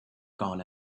gone